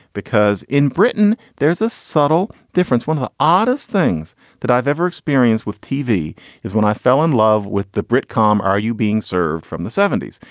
because in britain, there's a subtle difference. one of the oddest things that i've ever experienced with tv is when i fell in love with the brit. com. are you being served from the seventy s?